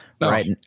Right